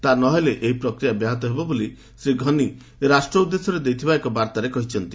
ତା' ନ ହେଲେ ଏହି ପ୍ରକ୍ରିୟା ବ୍ୟାହତ ହେବ ବୋଲି ଶ୍ରୀ ଘନୀ ରାଷ୍ଟ୍ର ଉଦ୍ଦେଶ୍ୟରେ ଦେଇଥିବା ଏକ ବାର୍ତ୍ତାରେ କହିଛନ୍ତି